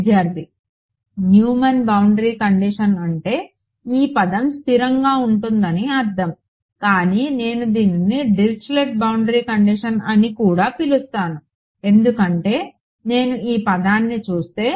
Neumann boundary condition అంటే ఈ పదం స్థిరంగా ఉంటుందని అర్థం కానీ నేను దీనిని డిరిచ్లెట్ బౌండరీ కండిషన్ అని కూడా పిలుస్తాను ఎందుకంటే నేను ఈ పదాన్ని చూస్తే